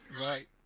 right